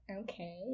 Okay